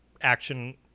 action